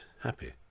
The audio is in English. happy